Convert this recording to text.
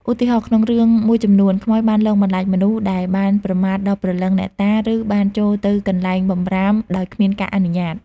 ឧទាហរណ៍ ក្នុងរឿងមួយចំនួន ខ្មោចបានលងបន្លាចមនុស្សដែលបានប្រមាថដល់ព្រលឹងអ្នកតា ឬបានចូលទៅកន្លែងបម្រាមដោយគ្មានការអនុញ្ញាត។